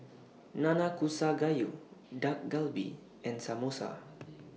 Nanakusa Gayu Dak Galbi and Samosa